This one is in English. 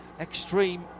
extreme